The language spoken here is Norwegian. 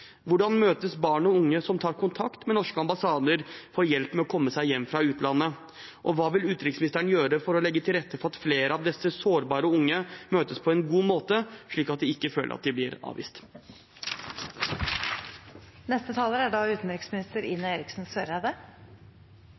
Hvordan møtes barn og unge som tar kontakt med norske ambassader for å få hjelp til å komme seg hjem fra utlandet, og hva vil utenriksministeren gjøre for å legge til rette for at flere av disse sårbare unge møtes på en god måte, slik at de ikke føler at de blir